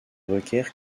requiert